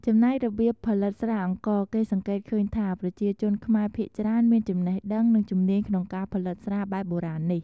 ចំណែករបៀបផលិតស្រាអង្ករ គេសង្កេតឃើញថា ប្រជាជនខ្មែរភាគច្រើន មានចំណេះដឹង និងជំនាញក្នុងការផលិតស្រាបែបបុរាណនេះ។